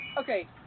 Okay